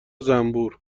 زنبور